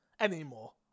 anymore